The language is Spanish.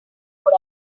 por